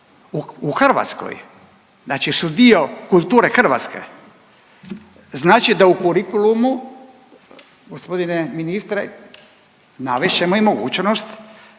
u Hrvatskoj znači su dio kulture Hrvatske, znači da u kurikulumu gospodine ministre navest ćemo i mogućnost